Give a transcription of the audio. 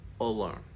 alone